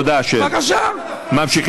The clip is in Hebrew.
אתה נופל בפח שלו.